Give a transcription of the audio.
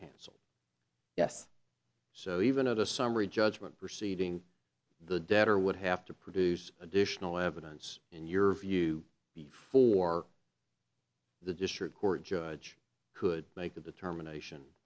a yes so even at a summary judgment proceeding the debtor would have to produce additional evidence in your view before the district court judge could make a determination